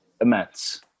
immense